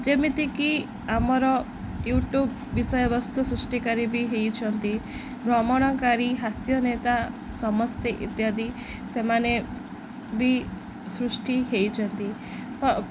ଯେମିତିକି ଆମର ୟୁଟ୍ୟୁବ୍ ବିଷୟବସ୍ତୁ ସୃଷ୍ଟିକାରୀ ବି ହେଇଛନ୍ତି ଭ୍ରମଣକାରୀ ହାସ୍ୟ ନେତା ସମସ୍ତେ ଇତ୍ୟାଦି ସେମାନେ ବି ସୃଷ୍ଟି ହେଇଛନ୍ତି